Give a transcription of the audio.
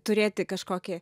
turėti kažkokį